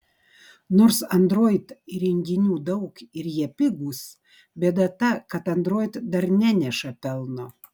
nors android įrenginių daug ir jie pigūs bėda ta kad android dar neneša pelno